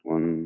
One